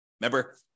Remember